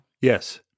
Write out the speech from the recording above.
Yes